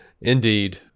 Indeed